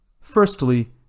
Firstly